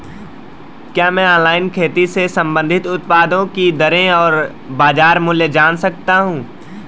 क्या मैं ऑनलाइन खेती से संबंधित उत्पादों की दरें और बाज़ार मूल्य जान सकता हूँ?